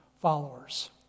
followers